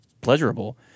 pleasurable